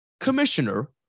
commissioner